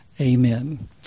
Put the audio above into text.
amen